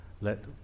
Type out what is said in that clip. let